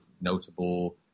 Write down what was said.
notable